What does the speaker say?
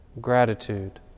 gratitude